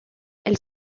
elle